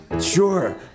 Sure